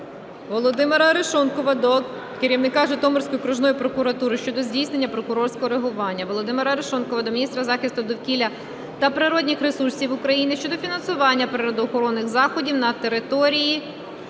Володимира Арешонкова до керівника Житомирської окружної прокуратури щодо здійснення прокурорського реагування. Володимира Арешонкова до міністра захисту довкілля та природних ресурсів України щодо фінансування природоохоронних заходів на території